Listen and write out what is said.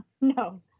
No